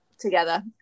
together